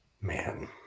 Man